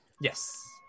Yes